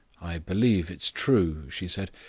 i believe it's true, she said.